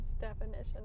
definition